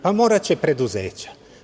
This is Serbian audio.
Pa, moraće preduzeća.